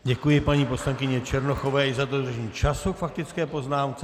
Děkuji paní poslankyni Černochové i za dodržení času k faktické poznámce.